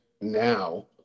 now